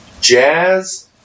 Jazz